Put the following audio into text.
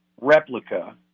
replica